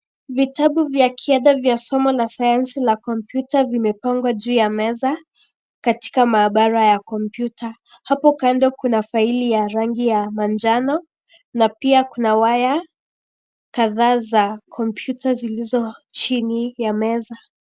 Vitabu vya kiada vya somo la sayansi la kompyuta vimepangwa juu ya meza katika maabara ya kompyuta. Hapo kando kuna faili ya rangi ya manjano na pia kuna waya kadhaa za kompyuta zilizo chini ya meza.